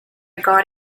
got